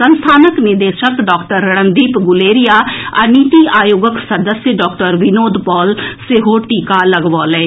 संस्थानक निदेशक डॉक्टर रणदीप गुलेरिया आ नीति आयोगक सदस्य डॉक्टर विनोद पॉल सेहो टीका लगवौलनि